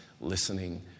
listening